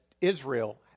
Israel